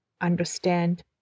understand